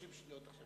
30 שניות.